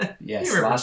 Yes